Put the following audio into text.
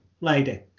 lady